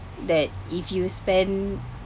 that if you spend